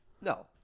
No